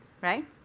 right